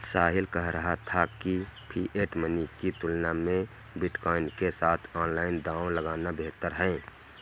साहिल कह रहा था कि फिएट मनी की तुलना में बिटकॉइन के साथ ऑनलाइन दांव लगाना बेहतर हैं